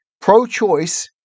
Pro-choice